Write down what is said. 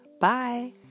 Bye